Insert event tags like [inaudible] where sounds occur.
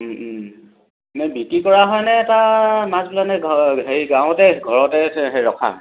নে বিক্ৰী কৰা হয়নে তাত মাছবিলাক নে হেৰি গাঁৱতে ঘৰতে [unintelligible] হে ৰখা